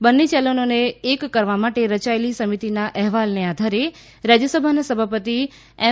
બંન્ને ચેનલોને એક કરવા માટે રચાયેલી સમિતિના અહેવાલને આધારે રાજ્યસભાના સભાપતિ એમ